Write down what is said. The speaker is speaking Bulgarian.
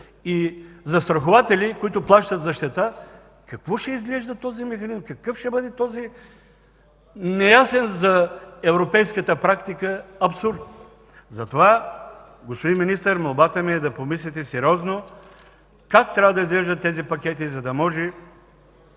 и застрахователи, които плащат за щета, какво ще излезе от този механизъм? Какъв ще бъде този неясен за европейската практика абсурд?! Затова, господин Министър, молбата ми е да помислите сериозно как трябва да изглеждат тези пакети, за да могат